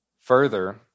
Further